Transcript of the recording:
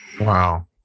Wow